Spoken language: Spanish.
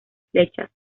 flechas